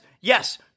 yes